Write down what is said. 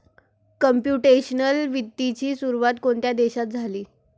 Computational वित्ताची सुरुवात कोणत्या देशात झाली?